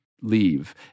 leave